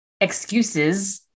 excuses